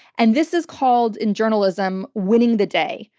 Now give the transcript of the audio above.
and this is called, in journalism, winning the day,